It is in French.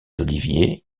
oliviers